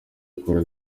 akora